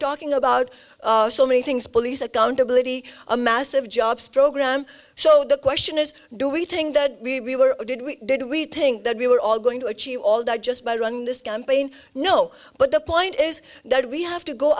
talking about so many things police accountability a massive jobs program so the question is do we think that we were or did we did we think that we were all going to achieve all that just by running this campaign know but the point is that we have to go